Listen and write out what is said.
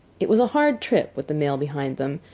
it was a hard trip, with the mail behind them,